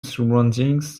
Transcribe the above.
surroundings